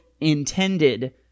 intended